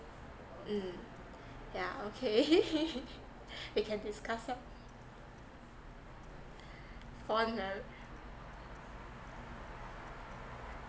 mm yeah okay we can discuss loh